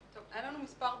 היו לנו מספר דיונים.